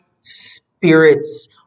spirits